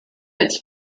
its